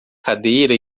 cadeira